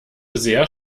sehr